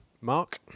Mark